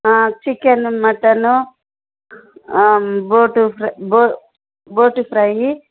chicken mutton బోటి fry బో బోటి ఫ్రై